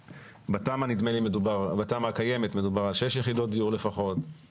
בתמ"א הקיימת מדובר על שש יחידות דיור לפחות,